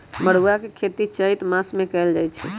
मरुआ के खेती चैत मासमे कएल जाए छै